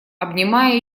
обнимая